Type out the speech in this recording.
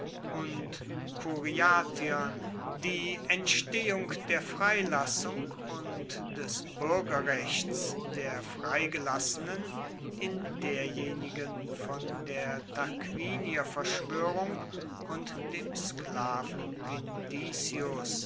und curiatiern die entstehung der freilassung und des buergerrechts der freigelassenen in derjenigen von der tarquinierverschwoerung und dem